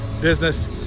business